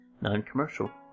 Non-Commercial